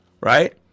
right